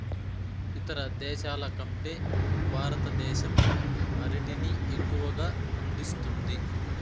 ఇతర దేశాల కంటే భారతదేశం అరటిని ఎక్కువగా పండిస్తుంది